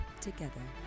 together